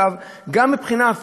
ואיפה אנחנו נמצאים בעניין הזה?